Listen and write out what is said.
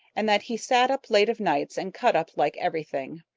and that he sat up late of nights and cut up like everything,